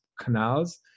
canals